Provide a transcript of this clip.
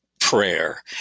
Prayer